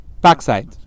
Backside